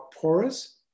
porous